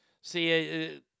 See